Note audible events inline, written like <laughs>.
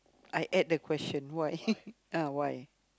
I add the question why <laughs> ah why